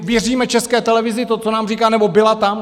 Věříme České televizi to, co nám říká, nebo byla tam?